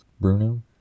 Bruno